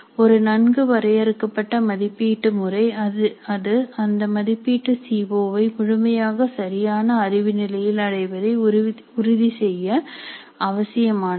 ஒரு நன்கு வரையறுக்கப்பட்ட மதிப்பீட்டு முறை அது அந்த மதிப்பீட்டு சி ஓ வை முழுமையாக சரியான அறிவு நிலையில் அடைவதை உறுதி செய்ய அவசியமானது